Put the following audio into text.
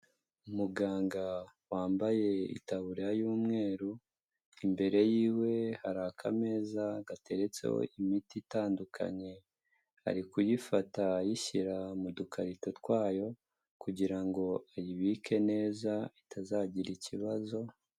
Muganga wambaye itaburiya y'umweru, imbere yiwe hari akameza gateretseho imiti itandukanye, ari kuyifata ayishyira mu dukarito twayo kugira ngo ayibike neza itazagira ikibazo.